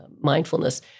mindfulness